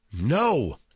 No